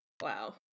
wow